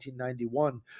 1991